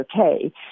okay